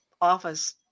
Office